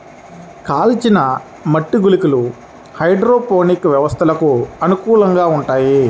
కాల్చిన మట్టి గుళికలు హైడ్రోపోనిక్ వ్యవస్థలకు అనుకూలంగా ఉంటాయి